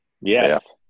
Yes